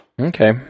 Okay